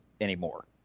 anymore